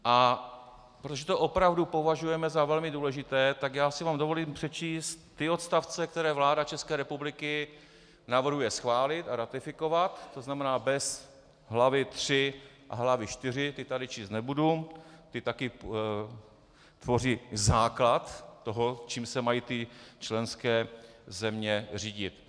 A protože to opravdu považujeme za velmi důležité, tak já si vám dovolím přečíst ty odstavce, které vláda České republiky navrhuje schválit a ratifikovat, to znamená bez hlavy III a hlavy IV, ty tady číst nebudu, ty taky tvoří základ toho, čím se mají ty členské země řídit.